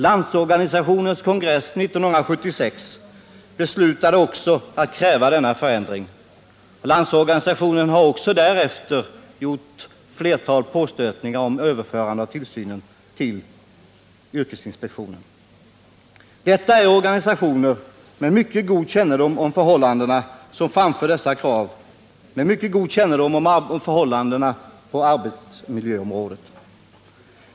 Landsorganisationens kongress 1976 beslutade också att kräva denna förändring, och LO har också därefter gjort ett flertal påstötningar om överförande av tillsynen till yrkesinspektionen. Det är alltså organisationer med mycket god kännedom om förhållandena på arbetsmiljöområdet som framför dessa krav.